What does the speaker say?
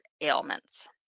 ailments